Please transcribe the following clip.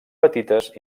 petites